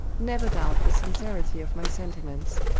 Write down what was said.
never doubt the sincerity of my sentiments.